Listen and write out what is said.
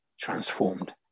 transformed